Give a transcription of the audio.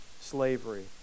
slavery